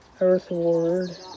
Earthward